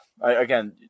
again